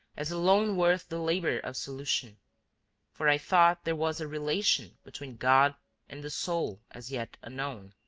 as alone worth the labor of solution for i thought there was a relation between god and the soul as yet unknown.